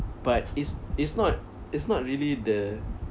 but it's it's not it's not really the